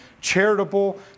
charitable